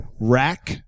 Rack